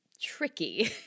tricky